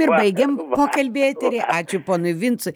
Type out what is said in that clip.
ir baigėm pokalbį etery ačiū ponui vincui